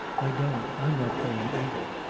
i don't. i'm not playing either.